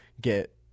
get